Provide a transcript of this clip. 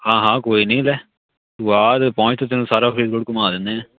ਹਾਂ ਹਾਂ ਕੋਈ ਨਹੀਂ ਲੈ ਤੂੰ ਆ ਅਤੇ ਪਹੁੰਚ ਤੈਨੂੰ ਸਾਰਾ ਫਰੀਦਕੋਟ ਘੁੰਮਾ ਦਿੰਦੇ ਆ